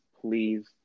please